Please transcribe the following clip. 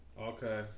Okay